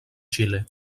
xile